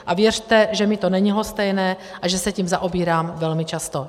A věřte, že mi to není lhostejné a že se tím zaobírám velmi často.